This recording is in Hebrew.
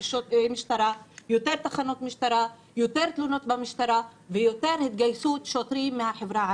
יותר תלונות במשטרה ויותר התגייסות שוטרים מהחברה הערבית.